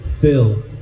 fill